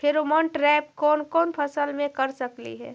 Pheromone trap कोन कोन फसल मे कर सकली हे?